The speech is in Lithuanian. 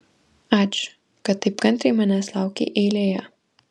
ačiū kad taip kantriai manęs laukei eilėje